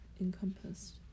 encompassed